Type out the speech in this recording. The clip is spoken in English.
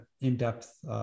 in-depth